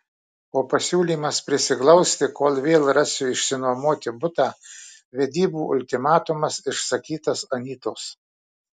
o pasiūlymas prisiglausti kol vėl rasiu išsinuomoti butą vedybų ultimatumas išsakytas anytos